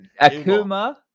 Akuma